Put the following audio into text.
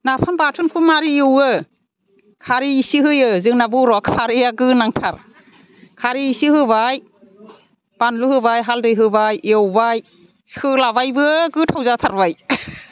नाफाम बाथोनखौ माबोरै एवो खारै एसे होयो जोंना बर'आ खारैआ गोनांथार खारै एसे होबाय बानलु होबाय हाल्दै होबाय एवबाय सोलाबायबो गोथाव जाथारबाय